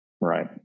Right